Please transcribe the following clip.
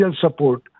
support